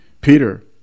Peter